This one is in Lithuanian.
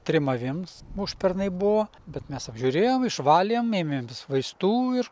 trim avims užpernai buvo bet mes apžiūrėjom išvalėm ėmėm vis vaistų ir